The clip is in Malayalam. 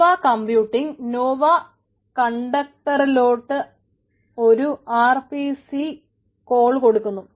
നോവ കംപ്യൂട്ടിങ് നോവ കണ്ടക്ടറിലോട്ട് ഒരു ആർ പി സി കോൾ കൊടുക്കുന്നു